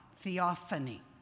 theophany